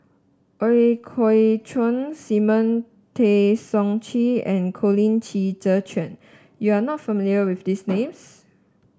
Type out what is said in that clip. Ooi Kok Chuen Simon Tay Seong Chee and Colin Qi Zhe Quan You are not familiar with these names